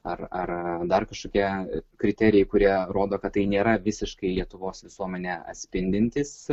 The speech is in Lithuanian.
ar ar dar kažkokie kriterijai kurie rodo kad tai nėra visiškai lietuvos visuomenę atspindintis